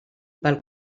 pel